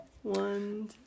One